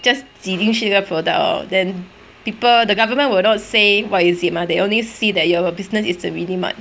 just 挤进去这个 product err then people the government will not say what is it mah they only see that you have a business is a minimart